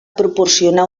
proporcionar